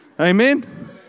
Amen